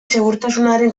segurtasunaren